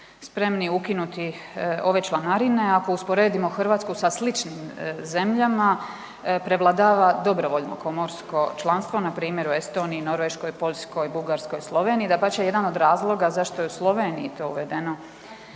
spremni ukinuti ove članarine. Ako usporedimo Hrvatsku sa sličnim zemljama, prevladava dobrovoljno komorsko članstvo, npr. u Estoniji, Norveškoj, Poljskoj, Bugarskoj, Sloveniji. Dapače, jedan od razloga zašto je u Sloveniji to uvedeno